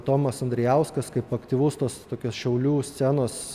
tomas andrijauskas kaip aktyvus tos tokios šiaulių scenos